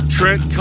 Trent